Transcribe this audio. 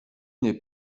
n’est